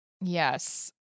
yes